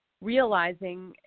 realizing